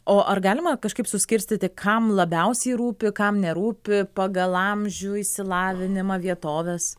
o ar galima kažkaip suskirstyti kam labiausiai rūpi kam nerūpi pagal amžių išsilavinimą vietoves